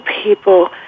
people